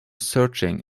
searching